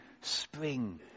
spring